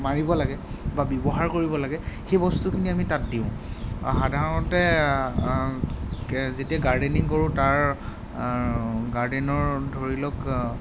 মাৰিব লাগে বা ব্যৱহাৰ কৰিব লাগে সেই বস্তুখিনি আমি তাত দিওঁ আৰু সাধাৰণতে যেতিয়া গাৰ্ডেনিং কৰোঁ তাৰ গাৰ্ডেনৰ ধৰি লওক